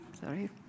sorry